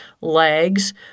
legs